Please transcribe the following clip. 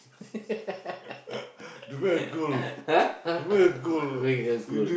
!huh! to make her cool